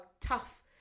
tough